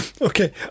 okay